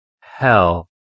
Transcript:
hell